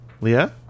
Leah